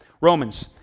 Romans